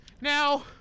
Now